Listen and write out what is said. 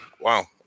wow